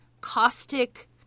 caustic